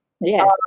Yes